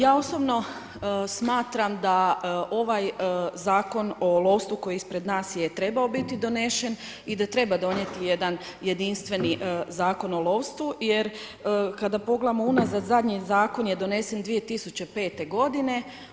Ja osobno smatram da ovaj zakon o lovstvu koji je ispred nas je trebao biti donešen i da treba donjeti jedan jedinstveni zakon o lovstvu jer, kada pogledamo unazad, zadnji zakon je donesen 2005. godine.